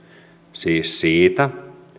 siis siitä